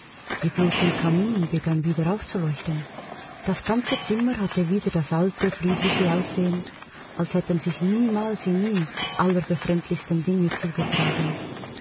die glut im kamin begann wieder aufzuleuchten das ganze zimmer hatte wieder das alte friedliche aussehen als hätten sich niemals in ihm die allerbefremdlichsten dinge zugetragen